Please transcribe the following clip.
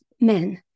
men